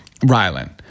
Rylan